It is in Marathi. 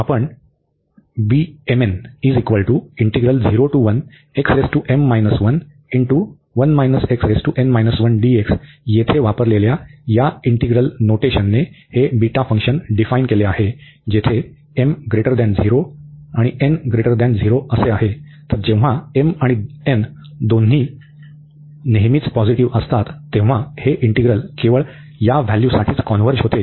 आपण येथे वापरलेल्या या इंटीग्रल नोटेशनने हे बीटा फंक्शन डिफाईन केले आहे जेथे हे तर जेव्हा m आणि n दोन्ही कठोरपणे पॉझिटिव्ह असतात तेव्हा हे इंटीग्रल केवळ या व्हॅल्यू साठीच कॉन्व्हर्ज होते